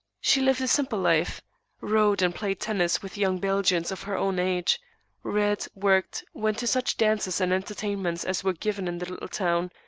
she lived a simple life rode and played tennis with young belgians of her own age read, worked, went to such dances and entertainments as were given in the little town,